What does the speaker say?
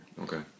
Okay